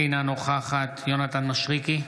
אינה נוכחת יונתן מישרקי,